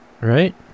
right